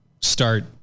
start